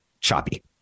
choppy